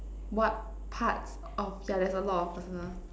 what part of yeah there's a lot of personal